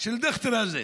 של דיכטר הזה,